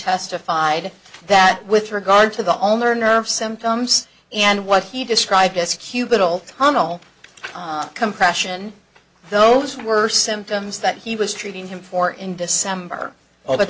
testified that with regard to the owner nerve symptoms and what he described as cubital tunnel compression those were symptoms that he was treating him for in december over the